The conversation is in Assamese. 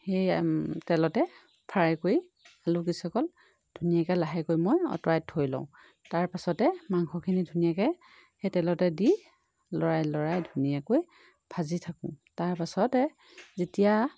সেই তেলতে ফ্ৰাই কৰি আলু কেইচকল ধুনীয়াকৈ লাহেকৈ মই অঁতৰাই থৈ লওঁ তাৰ পাছতে মাংসখিনি ধুনীয়াকৈ সেই তেলতে দি লৰাই লৰাই ধুনীয়াকৈ ভাজি থাকোঁ তাৰ পাছতে যেতিয়া